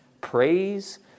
Praise